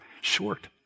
short